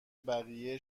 بقیه